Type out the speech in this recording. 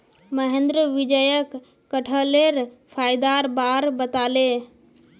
महेंद्र विजयक कठहलेर फायदार बार बताले